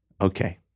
Okay